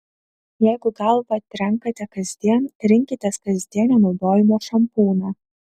jeigu galvą trenkate kasdien rinkitės kasdienio naudojimo šampūną